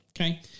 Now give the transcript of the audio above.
Okay